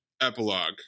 epilogue